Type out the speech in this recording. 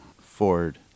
Ford